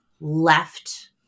left